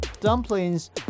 dumplings